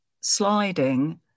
sliding